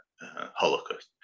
Holocaust